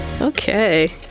Okay